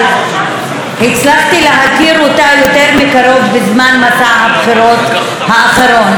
אבל הצלחתי להכיר אותה יותר מקרוב בזמן מסע הבחירות האחרון,